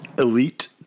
elite